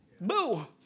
boo